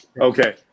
Okay